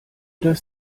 das